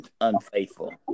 unfaithful